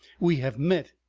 we have met,